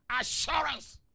Assurance